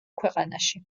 ქვეყანაში